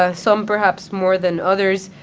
ah some perhaps more than others.